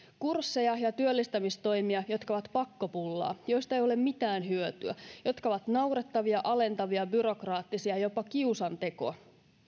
kursseja ja työllistämistoimia jotka ovat pakkopullaa joista ei ole mitään hyötyä jotka ovat naurettavia alentavia byrokraattisia ja jopa kiusantekoa